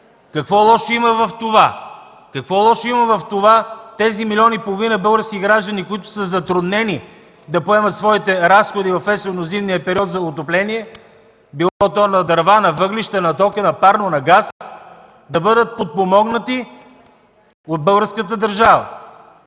Какво лошо има в това? Какво лошо има в това тези един милион и половина български граждани, които са затруднени да поемат своите разходи в есенно-зимния период за отопление – било то на дърва, на въглища, на ток, на парно, на газ, да бъдат подпомогнати от българската държава?